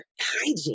hygiene